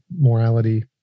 morality